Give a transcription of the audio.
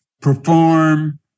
perform